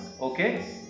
Okay